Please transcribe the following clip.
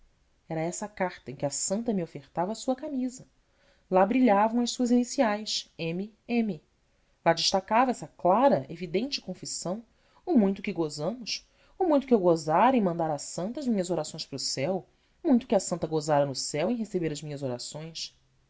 era essa a carta em que a santa me ofertava a sua camisa lá brilhavam as suas iniciais m m lá destacava essa clara evidente confissão o muito que gozamos o muito que eu gozara em mandar à santa as minhas orações para o céu o muito que a santa gozara no céu em receber as minhas orações